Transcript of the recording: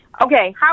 Okay